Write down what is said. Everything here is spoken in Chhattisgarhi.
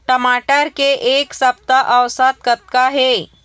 टमाटर के एक सप्ता औसत कतका हे?